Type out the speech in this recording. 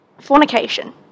Fornication